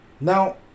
Now